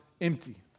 empty